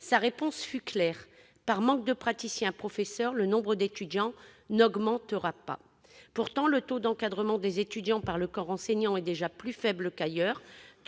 Sa réponse fut claire : par manque de praticiens-professeurs, le nombre d'étudiants n'augmentera pas. Pourtant, le taux d'encadrement des étudiants par le corps enseignant est déjà plus faible qu'ailleurs-